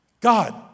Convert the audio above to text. God